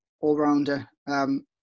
all-rounder